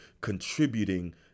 contributing